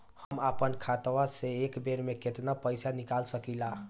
हम आपन खतवा से एक बेर मे केतना पईसा निकाल सकिला?